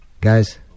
Guys